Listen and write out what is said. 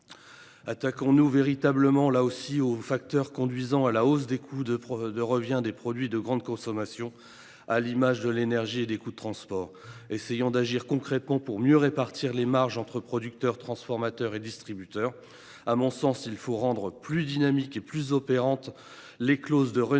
Attaquons nous véritablement aux facteurs conduisant à la hausse du prix de revient des produits de grande consommation, à l’image de l’énergie et des coûts de transport ; essayons d’agir concrètement pour mieux répartir les marges entre producteurs, transformateurs et distributeurs. À mon sens, le vrai enjeu est de rendre plus dynamiques et plus opérantes les clauses de renégociation